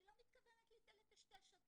אני לא מתכוונת לטשטש אותו,